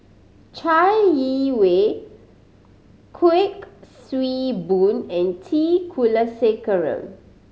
Chai Yee Wei Kuik Swee Boon and T Kulasekaram